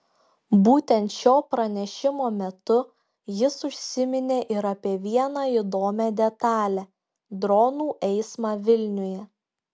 būtent šio pranešimo metu jis užsiminė ir apie vieną įdomią detalę dronų eismą vilniuje